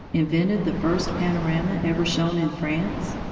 invented the first panorama ever shown in france,